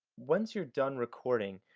once you're done recording,